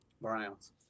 Browns